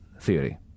theory